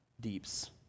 deeps